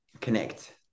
connect